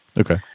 Okay